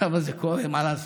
זה קורה, מה לעשות?